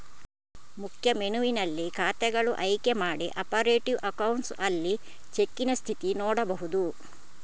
ಮುಖ್ಯ ಮೆನುವಿನಲ್ಲಿ ಖಾತೆಗಳು ಆಯ್ಕೆ ಮಾಡಿ ಆಪರೇಟಿವ್ ಅಕೌಂಟ್ಸ್ ಅಲ್ಲಿ ಚೆಕ್ಕಿನ ಸ್ಥಿತಿ ನೋಡ್ಬಹುದು